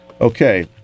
Okay